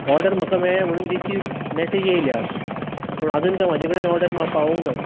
order म्हाका मेळ्ळ्या म्हणून रिसीव मेसेज येयल्या पूण आजून कांय म्हजे कडेन ऑर्डर पावूंक ना